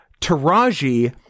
taraji